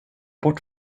bort